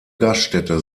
gaststätte